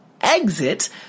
exit